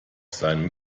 seinem